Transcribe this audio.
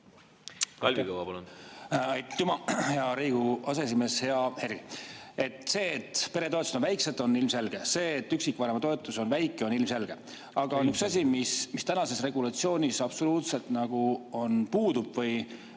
Kalvi Kõva, palun! Aitüma, hea Riigikogu aseesimees! Hea Helir! See, et peretoetused on väikesed, on ilmselge. See, et üksikvanema toetus on väike, on ilmselge. Aga üks asi, mis tänases regulatsioonis absoluutselt puudub ja